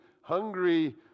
hungry